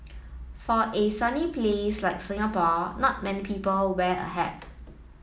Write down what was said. for a sunny place like Singapore not many people wear a hat